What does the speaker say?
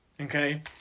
Okay